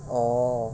oh